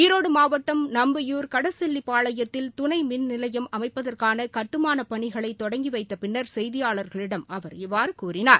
ஈரோடு மாவட்டம் நம்பியூர் கடசெல்லிபாளையத்தில் துணை மின்நிலையம் அமைப்பதற்கான கட்டுமான பணிகளை தொடங்கி வைத்தபின்னர் செய்தியாளர்களிடம் அவர் கூறினார்